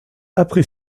après